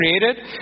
created